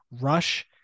Rush